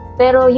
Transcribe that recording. pero